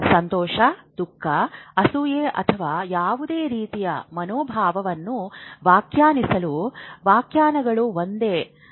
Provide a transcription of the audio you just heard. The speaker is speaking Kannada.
ಸಂತೋಷ ದುಃಖ ಅಸೂಯೆ ಅಥವಾ ಯಾವುದೇ ರೀತಿಯ ಮನೋಭಾವವನ್ನು ವ್ಯಾಖ್ಯಾನಿಸಲು ವ್ಯಾಖ್ಯಾನಗಳು ಒಂದೇ ಆಗಿರುತ್ತವೆ